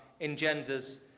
engenders